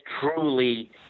truly